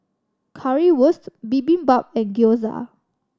Currywurst Bibimbap and Gyoza